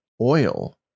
oil